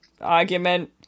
argument